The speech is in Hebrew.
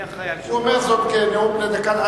מי אחראי, הוא אומר זאת כנאום בן דקה.